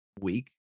week